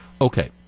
okay